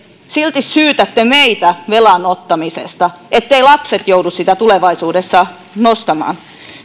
silti syytätte meitä velan ottamisesta etteivät lapset joudu sitä tulevaisuudessa